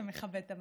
אתה מכבד את המעמד.